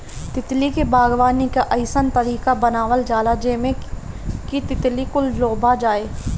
तितली के बागवानी के अइसन तरीका से बनावल जाला जेमें कि तितली कुल लोभा जाये